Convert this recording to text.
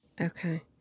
Okay